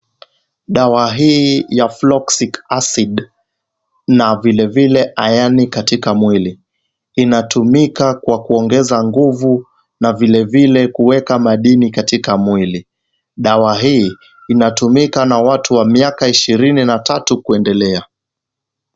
Dawa hii ya Folic acid na vilevile ayani katika mwili. Inatumika kwa kuongeza nguvu na vilevile kuweka madini katika mwili. Dawa hii inatumika na watu wa miaka ishirini na tatu kuendelea.